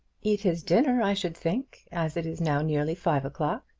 eat his dinner, i should think, as it is now nearly five o'clock.